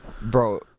Bro